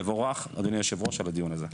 תבורך, אדוני היושב-ראש, על הדיון הזה.